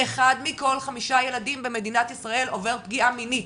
אחד מכל 5 ילדים במדינת ישראל עובר פגיעה מינית,